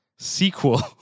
Sequel